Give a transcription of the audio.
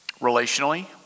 Relationally